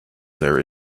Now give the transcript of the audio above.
there